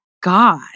God